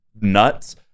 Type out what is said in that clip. nuts